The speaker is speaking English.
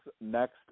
next